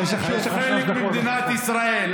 שהם חלק ממדינת ישראל,